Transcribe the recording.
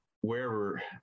wherever